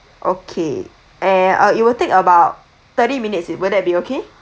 okay and uh it will take about thirty minutes it will that be okay